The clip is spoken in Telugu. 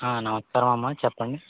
నమస్కారం అమ్మ చెప్పండి